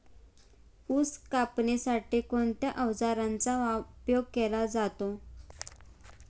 ऊस कापण्यासाठी कोणत्या अवजारांचा उपयोग केला जातो?